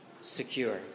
secure